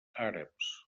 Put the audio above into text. àrabs